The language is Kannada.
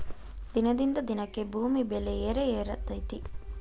ದಿನದಿಂದ ದಿನಕ್ಕೆ ಭೂಮಿ ಬೆಲೆ ಏರೆಏರಾತೈತಿ